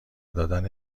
دادن